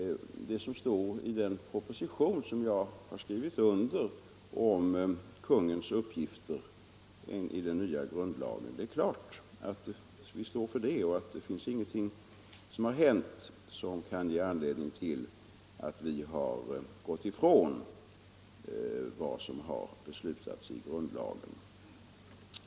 Det som står i propositionen om kungens uppgifter enligt den - Om åtgärder för att nya grundlagen står vi naturligtvis för, ingenting har hänt som kan ge = avskaffa påminnel anledning till att vi går ifrån vad som beslutats i grundlagen.